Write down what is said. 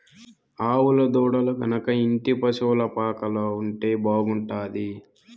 ఆవుల దూడలు గనక ఇంటి పశుల పాకలో ఉంటే బాగుంటాది